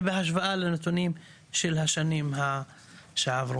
זה בהשוואה לנתונים של השנים שעברו.